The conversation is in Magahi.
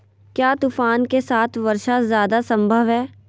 क्या तूफ़ान के साथ वर्षा जायदा संभव है?